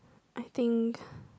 I think